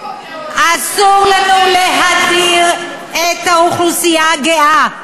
אסור לנו להדיר את האוכלוסייה הגאה.